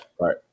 Right